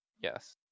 Yes